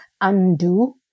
undo